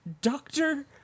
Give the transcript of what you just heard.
doctor